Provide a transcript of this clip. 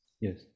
Yes